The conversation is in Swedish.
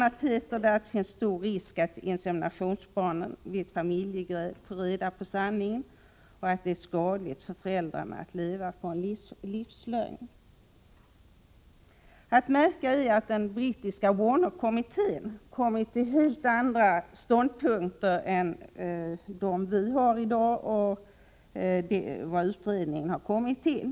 a. sägs där: ”Det finns stor risk att inseminationsbarn vid ett familjegräl få reda på sanningen.” Vidare kan man läsa: ”Det är skadligt för föräldrarna att leva på en livslögn.” Det är att märka att den brittiska Warnock-kommittén kommit fram till helt andra ståndpunkter än dem vi intagit och utredningen kommit fram till.